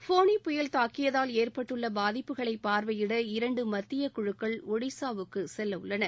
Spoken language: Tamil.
ஃபோனி புயல் தாக்கியதால் ஏற்பட்டுள்ள பாதிப்புகளை பார்வையிட இரண்டு மத்திய குழுக்கள் அங்கு செல்ல ஒடிசாவுக்கு செல்ல உள்ளன